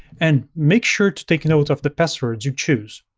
and make sure to take note of the password you choose.